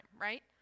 right